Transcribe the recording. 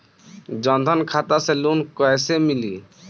जन धन खाता से लोन कैसे मिली?